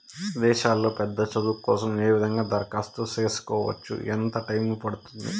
విదేశాల్లో పెద్ద చదువు కోసం ఏ విధంగా దరఖాస్తు సేసుకోవచ్చు? ఎంత టైము పడుతుంది?